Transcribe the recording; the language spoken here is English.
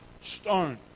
stone